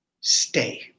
Stay